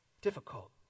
difficult